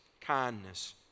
kindness